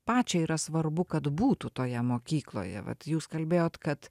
pačiai yra svarbu kad būtų toje mokykloje vat jūs kalbėjot kad